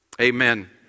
Amen